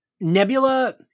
Nebula